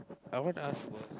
I want ask about